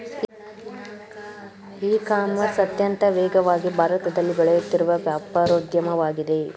E commerce ಅತ್ಯಂತ ವೇಗವಾಗಿ ಭಾರತದಲ್ಲಿ ಬೆಳೆಯುತ್ತಿರುವ ವ್ಯಾಪಾರೋದ್ಯಮವಾಗಿದೆ